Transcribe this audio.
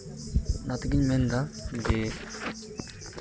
ᱚᱱᱟ ᱛᱮᱜᱤᱧ ᱢᱮᱱᱫᱟ ᱡᱮ